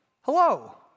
hello